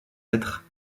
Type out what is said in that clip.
être